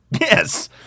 Yes